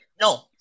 No